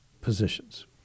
positions